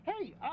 Hey